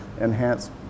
enhance